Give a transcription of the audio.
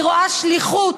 אני רואה שליחות